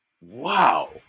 Wow